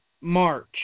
March